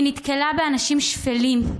היא נתקלה באנשים שפלים,